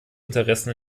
interessen